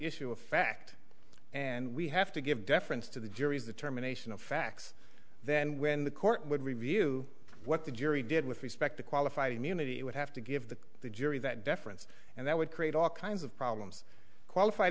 issue a fact and we have to give deference to the jury's the terminations of facts then when the court would review what the jury did with respect to qualified immunity it would have to give the jury that deference and that would create all kinds of problems qualified